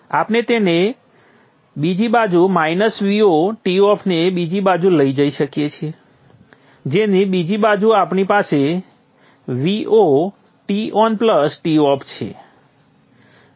આપણે તેને બીજી બાજુ માઈનસ Vo Toff ને બીજી બાજુ લઈ જઈ શકીએ છીએ જેની બીજી બાજુ આપણી પાસે VoTon Toff છે